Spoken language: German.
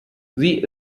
sie